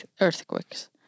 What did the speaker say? earthquakes